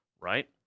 Right